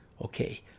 Okay